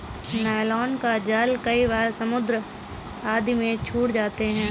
nylon का जाल कई बार समुद्र आदि में छूट जाते हैं